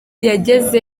yagenze